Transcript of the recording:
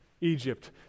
Egypt